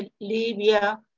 Libya